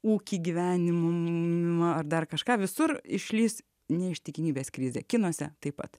ūkį gyvenimą ar dar kažką visur išlįs neištikimybės krizė kinuose taip pat